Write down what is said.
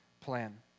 plan